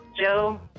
Joe